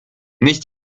nicht